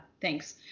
thanks